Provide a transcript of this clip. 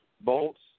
Bolts